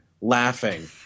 laughing